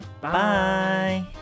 Bye